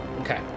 Okay